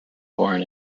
born